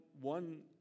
one